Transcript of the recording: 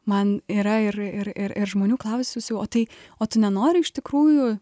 man yra ir ir ir ir žmonių klausiusiu o tai o tu nenori iš tikrųjų